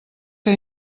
que